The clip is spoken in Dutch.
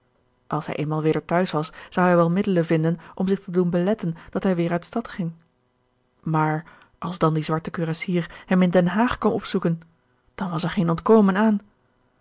als hij eenmaal weder t huis was zou hij wel middelen vinden om zich te doen beletten dat hij weer uit stad ging maar als dan die zwarte kurassier hem in den haag kwam opzoeken dan was er geen ontkomen aan